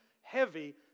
heavy